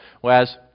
Whereas